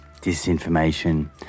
disinformation